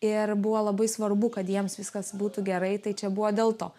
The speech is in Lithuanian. ir buvo labai svarbu kad jiems viskas būtų gerai tai čia buvo dėl to